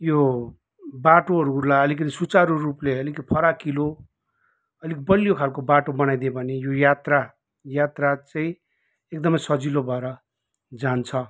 यो बाटोहरूलाई अलिकति सुचारु रूपले अलिक फराकिलो अलिक बलियो खालको बाटो बनाइदिए भने यो यात्रा यात्रा चाहिँ एकदमै सजिलो भएर जान्छ